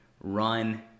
run